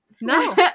No